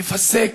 ייפסק